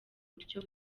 buryo